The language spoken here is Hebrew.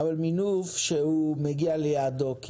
אבל מינוף שמגיע ליעדו,